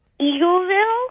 Eagleville